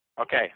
Okay